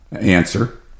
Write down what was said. Answer